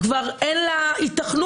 כבר אין לה היתכנות,